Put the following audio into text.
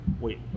Wait